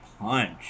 punch